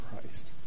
Christ